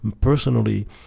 personally